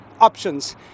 options